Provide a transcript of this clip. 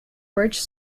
bridge